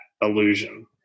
illusion